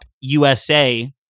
USA